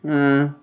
হ্যাঁ